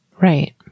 Right